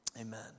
Amen